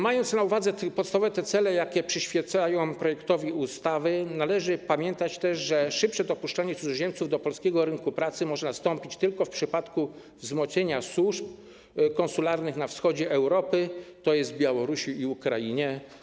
Mając na uwadze podstawowe cele, jakie przyświecają projektowi ustawy, należy pamiętać, że szybsze dopuszczenie cudzoziemców do polskiego rynku pracy może nastąpić tylko w przypadku wzmocnienia służb konsularnych na wschodzie Europy, tj. na Białorusi i na Ukrainie.